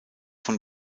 von